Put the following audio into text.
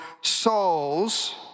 souls